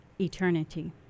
eternity